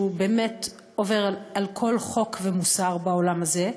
שהוא באמת עובר על כל חוק ומוסר בעולם הזה,